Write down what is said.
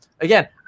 again